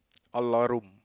alarm